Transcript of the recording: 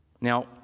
Now